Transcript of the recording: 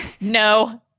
No